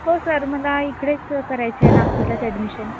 हो सर मला इकडेच करायचे आहे नागपूरलाच ॲडमिशन